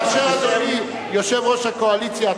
אדוני יושב-ראש הקואליציה,